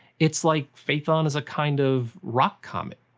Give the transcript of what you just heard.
it's like phaethon is a kind of rock comet.